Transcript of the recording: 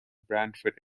brantford